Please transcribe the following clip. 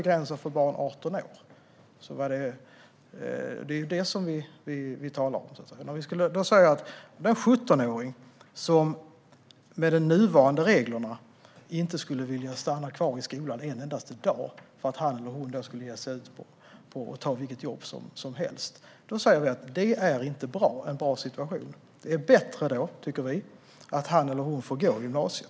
Gränsen för barn går vid 18 år - det är detta vi talar om. Jag sa att det inte är en bra situation med de nuvarande reglerna när en 17-åring inte kommer att vilja stanna kvar i skolan en enda dag till därför att han eller hon ska ge sig ut och ta vilket jobb som helst. Vi tycker att det är bättre att han eller hon får gå i gymnasiet.